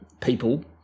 people